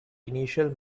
initial